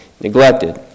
neglected